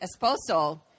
esposo